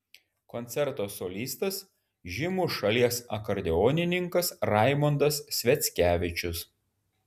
koncerto solistas žymus šalies akordeonininkas raimondas sviackevičius